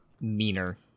meaner